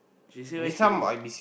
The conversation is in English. she say where she look